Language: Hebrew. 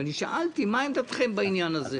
ושאלתי מה עמדתכם בעניין הזה.